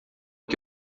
que